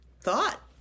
thought